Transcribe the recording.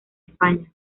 españa